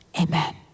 amen